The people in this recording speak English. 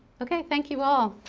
okay, thank you all.